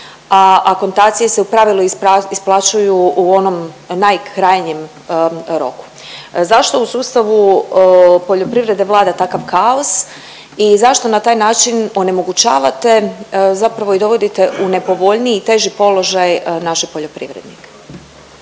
a akontacije se u pravilu isplaćuju u onom naj krajnjem roku. Zašto u sustavu poljoprivrede vlada takav kaos i zašto na taj način onemogućavate, a zapravo i dovodite u nepovoljniji i teži položaj naše poljoprivrednike?